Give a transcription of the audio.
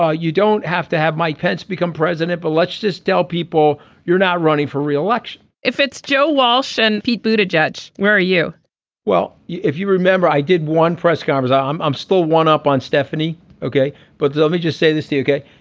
ah you don't have to have mike pence become president but let's just tell people you're not running for re-election if it's joe walsh and pete booted jets. where are you well if you remember i did one press conference. i'm i'm still one up on stephanie. ok but let me just say this to you.